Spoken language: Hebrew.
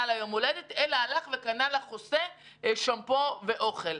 ליום ההולדת אלא קנה לחוסה שמפו ואוכל?